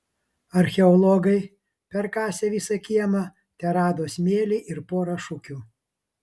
archeologai perkasę visą kiemą terado smėlį ir porą šukių